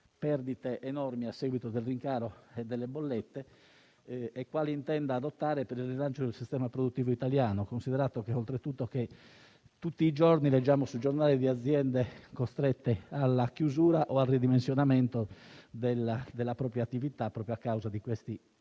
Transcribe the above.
perdite enormi a seguito del rincaro delle bollette e quali intenda adottare per il rilancio del sistema produttivo italiano; tutto ciò considerato, oltretutto, che giornalmente leggiamo sui giornali notizie di aziende costrette alla chiusura o al ridimensionamento della propria attività proprio a causa di questi